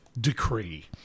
decree